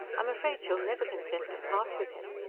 i'm afraid she'll never consent to part with him.